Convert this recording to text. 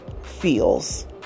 feels